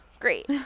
Great